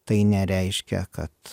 tai nereiškia kad